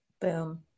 Boom